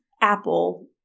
apple